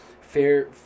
Fair